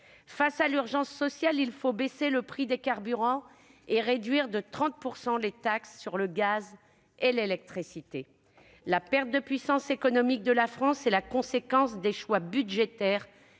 Face à l'urgence sociale, il faut aussi baisser le prix des carburants et réduire de 30 % les taxes sur le gaz et l'électricité. Le déclin de la puissance économique de la France est la conséquence des choix budgétaires